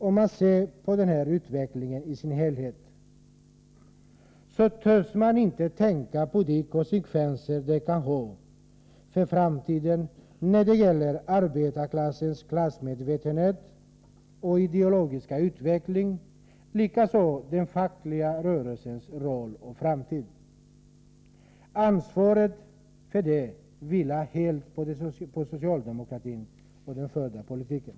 Om man ser på den här utvecklingen i dess helhet törs man inte tänka på de konsekvenser det kan få för framtiden när det gäller arbetarklassens klassmedvetenhet och ideologiska utveckling och den fackliga rörelsens roll och framtid. Ansvaret för det vilar helt på socialdemokratin och den förda politiken.